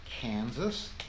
Kansas